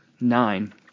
nine